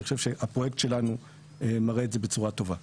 חושב שהפרויקט שלנו מראה את זה בצורה טובה.